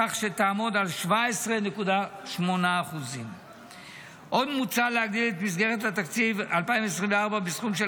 כך שתעמוד על 17.8%. עוד מוצע להגדיל את מסגרת התקציב 2024 בסכום של